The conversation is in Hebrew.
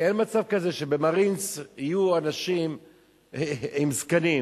כי אין מצב כזה שבמרינס יהיו אנשים עם זקנים.